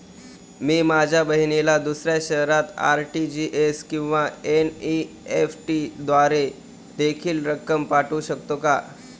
मी माझ्या बहिणीला दुसऱ्या शहरात आर.टी.जी.एस किंवा एन.इ.एफ.टी द्वारे देखील रक्कम पाठवू शकतो का?